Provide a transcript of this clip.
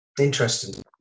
Interesting